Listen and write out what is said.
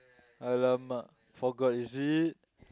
!alamak! forgot is it